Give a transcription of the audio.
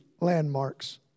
landmarks